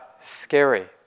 scary